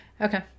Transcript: okay